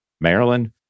Maryland